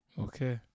okay